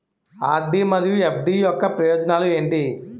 RD మరియు FD యొక్క ప్రయోజనాలు ఏంటి?